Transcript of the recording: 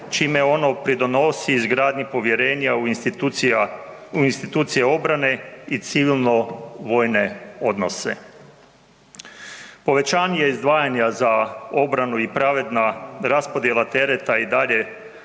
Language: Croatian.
čime ono pridonosi izgradnji povjerenja u institucija u institucije obrane i civilno vojne odnose. Povećanje izdvajanja za obranu i pravedna raspodjela tereta i dalje